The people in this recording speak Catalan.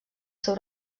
seu